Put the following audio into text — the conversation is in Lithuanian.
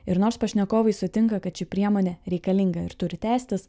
ir nors pašnekovai sutinka kad ši priemonė reikalinga ir turi tęstis